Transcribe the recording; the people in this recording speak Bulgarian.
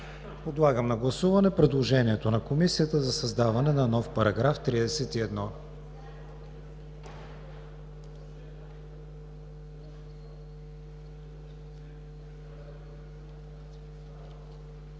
Подлагам на гласуване предложението на Комисията за създаване на нов § 33.